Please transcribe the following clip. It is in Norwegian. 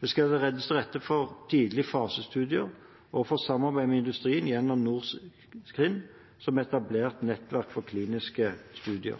Det skal legges bedre til rette for tidlig-fase-studier og for samarbeid med industrien gjennom NorCRIN, som er et etablert nettverk for